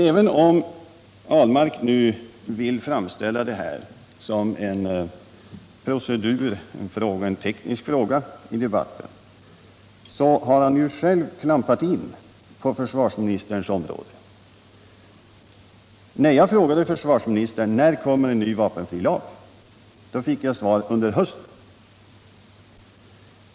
Även om herr Ahlmark nu vill framställa detta som en teknisk fråga i debatten, så har han ju själv klampat in på försvarsministerns område. När jag frågade försvarsministern om när en ny vapenfrilag skulle komma, fick jag svaret att den skulle komma under hösten.